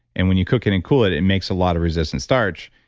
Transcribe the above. and when you cook it and cool it, it it makes a lot of resistant starch.